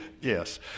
yes